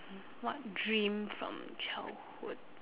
what dream from childhood